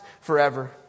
forever